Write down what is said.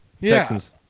Texans